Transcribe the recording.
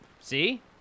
See